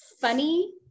funny